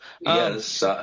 Yes